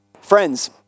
Friends